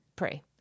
Pray